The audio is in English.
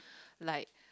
like